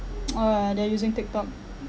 !wah! they're using tiktok